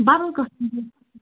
بَدل کانٛہہ ہٲیِو